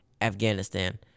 Afghanistan